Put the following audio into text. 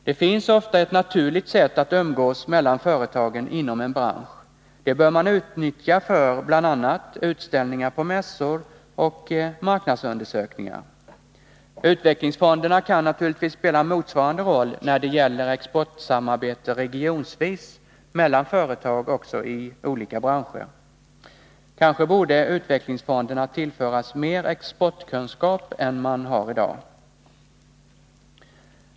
Det finns ofta ett naturligt sätt att umgås mellan företagen inom en bransch. Det bör man utnyttja för bl.a. utställningar på mässor och marknadsundersökningar. Utvecklingsfonderna kan naturligtvis spela motsvarande roll när det gäller exportsamarbete regionvis mellan företag i olika branscher. Kanske borde utvecklingsfonderna tillföras mer exportkunskap än som finns där i dag.